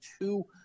two